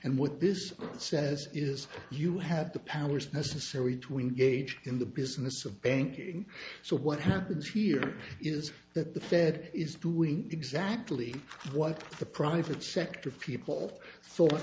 and with this it's says is you have the powers necessary to engage in the business of banking so what happens here is that the fed is doing exactly what the private sector people thought